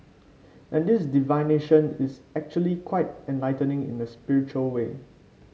and this divination is actually quite enlightening in a spiritual way